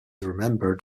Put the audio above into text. remembered